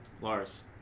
Lars